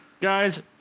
guys